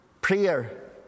Prayer